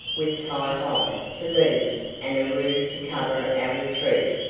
with ti-hi to lead and aroo to cover our retreat,